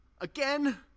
Again